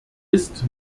ist